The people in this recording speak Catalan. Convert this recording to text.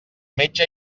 metge